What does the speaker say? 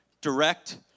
direct